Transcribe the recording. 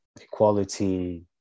equality